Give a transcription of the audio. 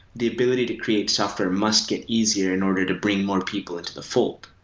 the ability to create software must get easier in order to bring more people into the fold.